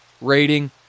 Rating